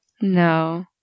No